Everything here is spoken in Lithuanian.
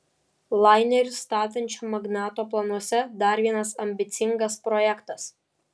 lainerį statančio magnato planuose dar vienas ambicingas projektas